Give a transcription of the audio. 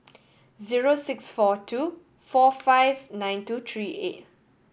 zero six four two four five nine two three eight